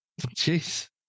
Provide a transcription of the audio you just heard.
jeez